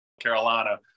Carolina